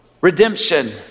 redemption